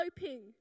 hoping